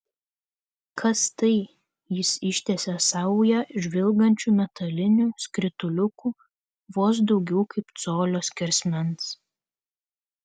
kas tai jis ištiesė saują žvilgančių metalinių skrituliukų vos daugiau kaip colio skersmens